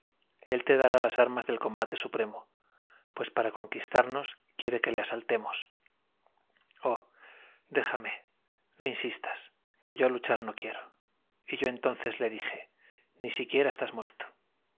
él te dará las armas del combate supremo pues para conquistarnos quiere que le asaltemos oh déjame no insistas que yo luchar no quiero y yo entonces le dije ni siquiera estás muerto